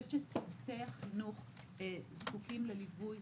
שצוותי החינוך זקוקים לליווי